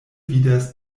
vidas